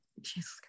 Jesus